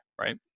right